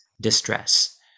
distress